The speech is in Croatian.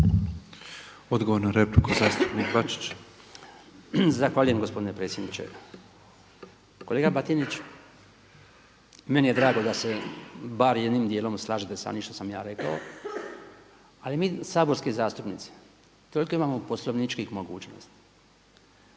Odgovor na repliku zastupnik Bačić. **Bačić, Branko (HDZ)** Zahvaljujem gospodine predsjedniče. Kolega Batinić, meni je drago da se bar jednim dijelom slažete sa onim što sam ja rekao. Ali mi saborski zastupnici toliko imamo poslovničkih mogućnosti,